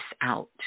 out